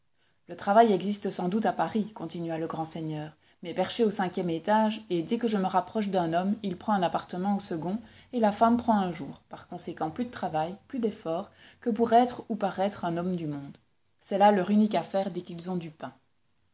le travail existe sans doute à paris continua le grand seigneur mais perché au cinquième étage et dès que je me rapproche d'un homme il prend un appartement au second et la femme prend un jour par conséquent plus de travail plus d'effort que pour être ou paraître un homme du monde c'est là leur unique affaire dès qu'ils ont du pain